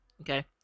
Okay